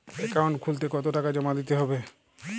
Account খুলতে কতো টাকা জমা দিতে হবে?